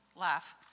laugh